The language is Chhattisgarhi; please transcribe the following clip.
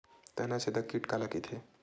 तनाछेदक कीट काला कइथे?